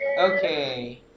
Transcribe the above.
Okay